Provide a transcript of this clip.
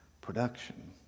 production